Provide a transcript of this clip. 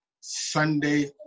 Sunday